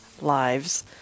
Lives